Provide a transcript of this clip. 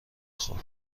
خوب